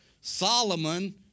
Solomon